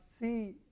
see